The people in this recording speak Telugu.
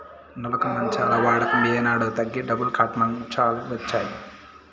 నులక మంచాల వాడక ఏనాడో తగ్గి డబుల్ కాట్ లు వచ్చినాయి